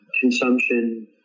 consumption